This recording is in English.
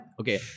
okay